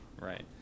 Right